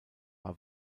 war